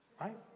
right